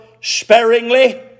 sparingly